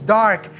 dark